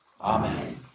Amen